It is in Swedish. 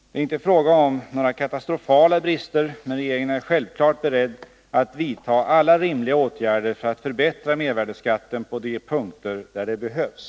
Det är inte fråga om några katastrofala brister, men regeringen är självfallet beredd att vidta alla rimliga åtgärder för att förbättra mervärdeskatten på de punkter där det behövs.